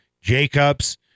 Jacobs